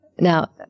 Now